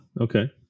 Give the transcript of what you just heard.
okay